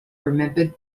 remembered